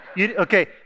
Okay